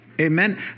amen